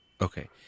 okay